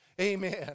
amen